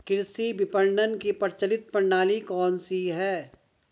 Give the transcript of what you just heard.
कृषि विपणन की प्रचलित प्रणाली कौन सी है?